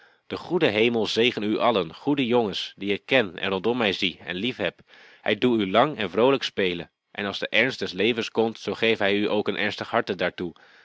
de goede hemel zegene u allen goede jongens die ik ken en rondom mij zie en liefheb hij doe u lang en vroolijk spelen en als de ernst des levens komt zoo geve hij u ook een ernstig harte daartoe